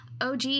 OG